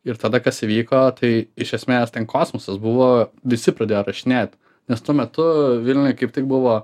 ir tada kas įvyko tai iš esmės ten kosmosas buvo visi pradėjo rašinėt nes tuo metu vilniuj kaip tik buvo